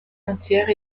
entières